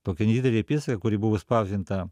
tokia nedidelė pjesė kuri buvo spausdinta